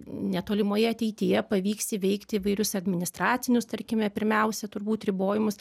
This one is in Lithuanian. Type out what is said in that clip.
netolimoje ateityje pavyks įveikti įvairius administracinius tarkime pirmiausia turbūt ribojimus